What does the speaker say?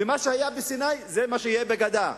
ומה שהיה בסיני זה מה שיהיה בגדה.